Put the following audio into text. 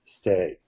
stay